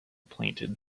planted